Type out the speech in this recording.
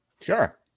Sure